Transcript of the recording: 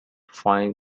fine